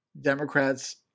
Democrats